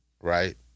right